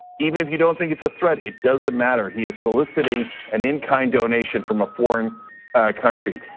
even if you don't think it's a threat, it doesn't matter. he is soliciting an in kind donation from a foreign country.